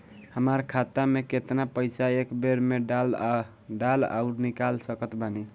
हमार खाता मे केतना पईसा एक बेर मे डाल आऊर निकाल सकत बानी?